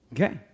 Okay